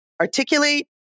articulate